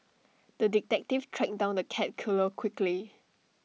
the detective tracked down the cat killer quickly